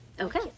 Okay